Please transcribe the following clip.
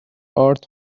art